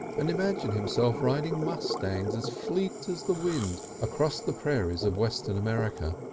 and imagine himself riding mustangs as fleet as the wind across the prairies of western america,